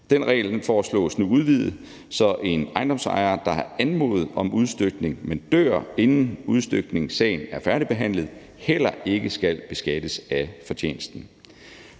Den regel foreslås nu udvidet, så en ejendomsejer, der har anmodet om udstykning, men dør, inden udstykningssagen er færdigbehandlet, heller ikke skal beskattes af fortjenesten.